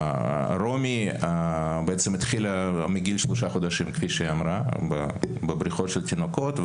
רומי בעצם התחילה מגיל שלושה חודשים כפי שהיא אמרה בבריכות של תינוקות,